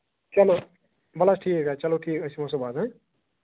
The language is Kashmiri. چلو وَلہٕ حظ ٹھیٖک حظ چھُ چلو ٹھیٖک أسۍ یمَو صبُحس